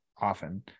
often